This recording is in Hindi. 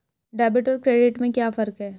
डेबिट और क्रेडिट में क्या फर्क है?